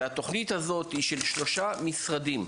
והתוכנית הזאת היא של שלושה משרדים,